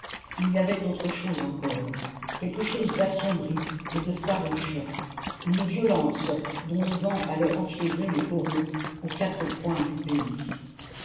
il y avait autre chose encore quelque chose d'assombri et de farouche une violence dont le vent allait enfiévrer les corons aux quatre coins du pays